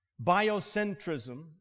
biocentrism